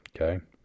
okay